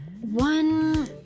one